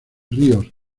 ríos